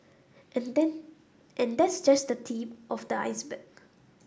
and that and that's just the tip of the iceberg